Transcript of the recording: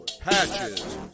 patches